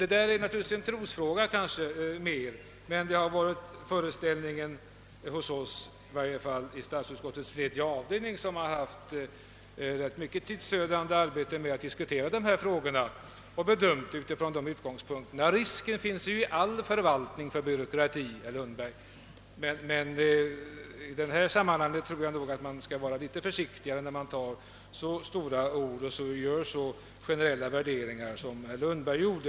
Detta är möjligen en trosfråga, men vi har i varje fall haft den uppfattningen i statsutskottets tredje avdelning, där vi haft ett ganska tidsödande arbete att diskutera frågorna och bedöma dem från här angivna utgångspunkter. Risk för byråkrati föreligger i all förvaltning, herr Lundberg. Men man skall nog vara litet försiktig med att ta så stora ord i munnen och göra så generella värderingar som herr Lundberg gjorde.